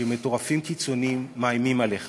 כשמטורפים קיצונים מאיימים עליך